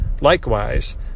Likewise